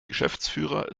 geschäftsführer